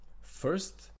first